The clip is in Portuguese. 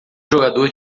jogador